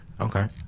Okay